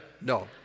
No